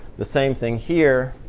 the same thing here.